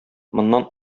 моннан